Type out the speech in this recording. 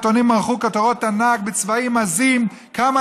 העיתונים מרחו כותרות ענק בצבעים עזים: כמה